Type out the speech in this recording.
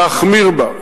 להחמיר בה.